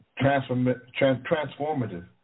transformative